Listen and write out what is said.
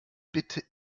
bitte